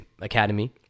academy